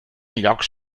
llocs